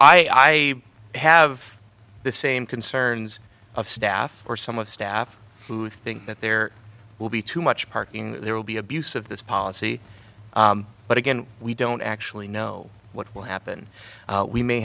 i have the same concerns of staff or some of staff who think that there will be too much parking there will be abuse of this policy but again we don't actually know what will happen we may